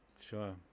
Sure